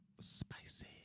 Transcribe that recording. spicy